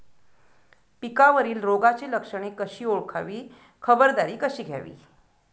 पिकावरील रोगाची लक्षणे कशी ओळखावी, खबरदारी कशी घ्यावी?